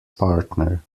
partner